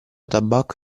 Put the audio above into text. tabacco